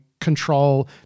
control